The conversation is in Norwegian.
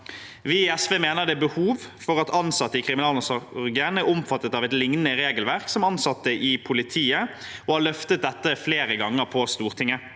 Vi i SV mener det er behov for at ansatte i kriminalomsorgen er omfattet av et lignende regelverk som det de ansatte i politiet har, og har løftet dette flere ganger på Stortinget.